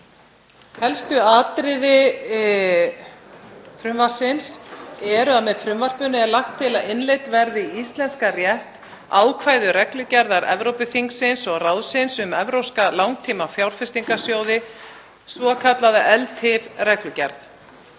Helstu atriði frumvarpsins eru að með frumvarpinu er lagt til að innleidd verði í íslenskan rétt ákvæði reglugerðar Evrópuþingsins og ráðsins um evrópska langtímafjárfestingarsjóði, svokallaða ELTIF-reglugerð.